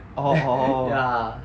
orh orh